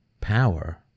power